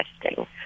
testing